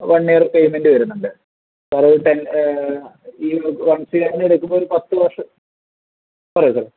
one year payment വരുന്നുണ്ട് sir ten ഈ one C ആറിൻ്റെ എടുക്കുമ്പോൾ പത്തുവർഷം പോരെ സാറേ